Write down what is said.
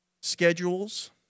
schedules